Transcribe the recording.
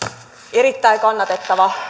erittäin kannatettava